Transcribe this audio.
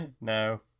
no